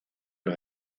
los